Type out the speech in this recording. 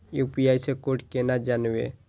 UPI से code केना जानवै?